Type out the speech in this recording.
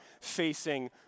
facing